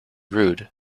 rude